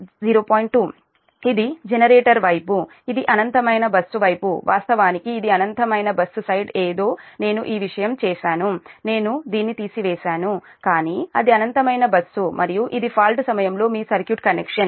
2 ఇది జనరేటర్ వైపు ఇది అనంతమైన బస్సు వైపు వాస్తవానికి ఇది అనంతమైన బస్సు సైడ్ ఏదో నేను ఈ విషయం చేశాను నేను దీన్ని తీసి వేసాను కానీ అది అనంతమైన బస్సు మరియు ఇది ఫాల్ట్ సమయంలో మీ సర్క్యూట్ కనెక్షన్